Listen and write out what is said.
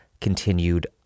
continued